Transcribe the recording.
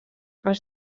els